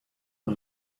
und